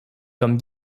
comme